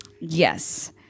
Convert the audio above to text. Yes